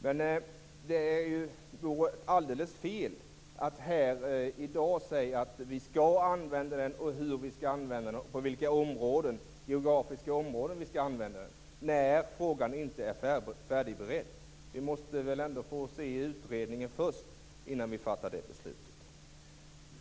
Men det vore alldeles fel att här i dag säga att vi skall använda den och hur vi skall använda den och på vilka geografiska områden vi skall använda den, när frågan inte är färdigberedd. Vi måste väl ändå få se utredningen innan vi fattar det beslutet.